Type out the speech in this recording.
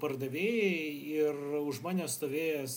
pardavėjai ir už manęs stovėjęs